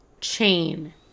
Chain